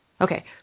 Okay